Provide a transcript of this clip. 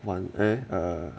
one eh ah